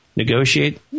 negotiate